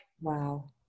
wow